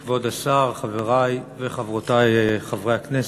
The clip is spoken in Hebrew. תודה רבה, כבוד השר, חברי וחברותי חברי הכנסת,